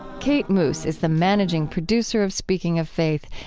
kate moos is the managing producer of speaking of faith.